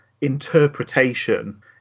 interpretation